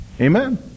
Amen